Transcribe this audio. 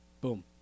Boom